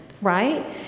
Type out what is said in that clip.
right